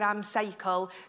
cycle